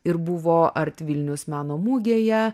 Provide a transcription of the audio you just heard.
ir buvo arti vilniaus meno mugėje